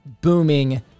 booming